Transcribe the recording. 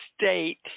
state